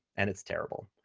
and it's terrible.